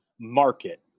market